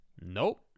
Nope